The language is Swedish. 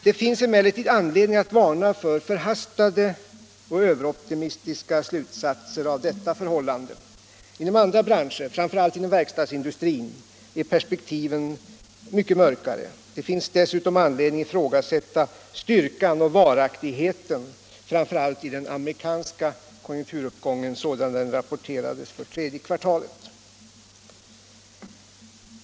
Det finns emellertid anledning att varna för förhastade och överoptimistiska slutsatser på grund av detta förhållande. Inom andra branscher, framför allt verkstadsindustrin, är perspektivet mycket mörkare. Det finns dessutom anledning att ifrågasätta styrkan och varaktigheten, framför allt i den amerikanska konjunkturuppgången sådan den rapporterats under tredje kvartalet.